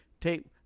take